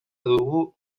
dugu